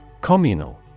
Communal